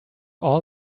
all